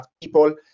people